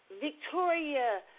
Victoria